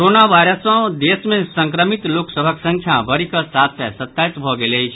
corona virus सँ देश मे संक्रमित लोक सभ संख्या बढ़ि कऽ सात सय सत्ताईस भऽ गेल अछि